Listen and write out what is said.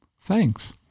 Thanks